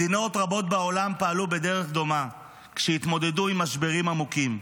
מדינות רבות בעולם פעלו בדרך דומה כשהתמודדו עם משברים עמוקים.